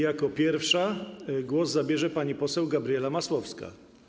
Jako pierwsza głos zabierze pani poseł Gabriela Masłowska.